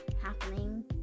happening